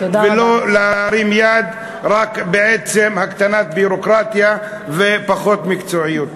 ולא להרים יד רק על עצם הקטנת הביורוקרטיה ועל פחות מקצועיות.